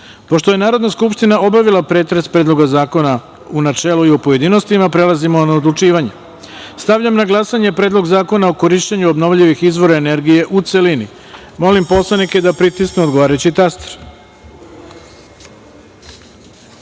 108.Pošto je Narodna skupština obavila pretres Predloga zakona u načelu i u pojedinostima, prelazimo na odlučivanje. Stavljam na glasanje Predlog zakona o korišćenju obnovljivih izvora energije, u celini. Molim poslanike da pritisnu odgovarajući